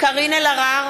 קארין אלהרר,